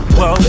whoa